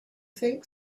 think